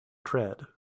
tread